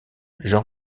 jean